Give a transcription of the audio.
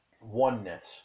oneness